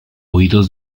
oídos